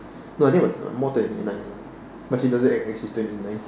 no I think about more twenty nine lah but she doesn't act like she is twenty nine